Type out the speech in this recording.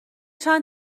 چند